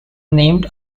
named